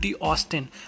Austin